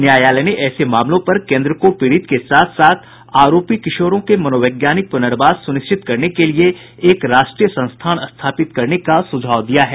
न्यायालय ने ऐसे मामलों पर केन्द्र को पीड़ित के साथ साथ आरोपी किशोरों के मनोवैज्ञानिक पुनर्वास सुनिश्चित करने के लिये एक राष्ट्रीय संस्थान स्थापित करने का सुझाव दिया है